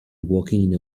walking